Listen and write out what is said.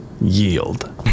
yield